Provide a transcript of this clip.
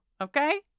Okay